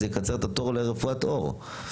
זה יקצר את התור לרפואת עור.